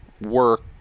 work